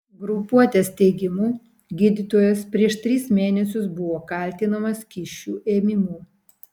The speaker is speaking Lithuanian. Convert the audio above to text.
grupuotės teigimu gydytojas prieš tris mėnesius buvo kaltinamas kyšių ėmimu